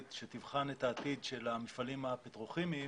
שתבחן את העתיד של המפעלים הפטרוכימיים